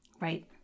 Right